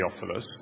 Theophilus